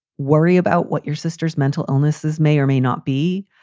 worry about what your sister's mental illnesses may or may not be.